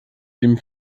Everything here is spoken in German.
dem